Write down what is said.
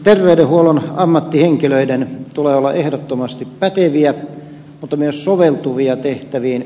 terveydenhuollon ammattihenkilöiden tulee olla ehdottomasti päteviä mutta myös soveltuvia tehtäviin